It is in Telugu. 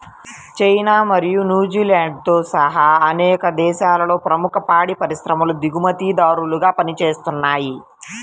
చైనా మరియు న్యూజిలాండ్తో సహా అనేక దేశాలలో ప్రముఖ పాడి పరిశ్రమలు దిగుమతిదారులుగా పనిచేస్తున్నయ్